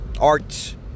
Arts